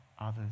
others